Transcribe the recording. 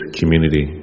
community